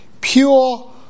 pure